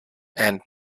and